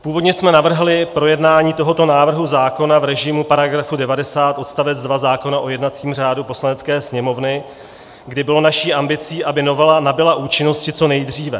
Původně jsme navrhli projednání tohoto návrhu zákona v režimu § 90 odst. 2 zákona o jednacím řádu Poslanecké sněmovny, kdy bylo naší ambicí, aby novela nabyla účinnosti co nejdříve.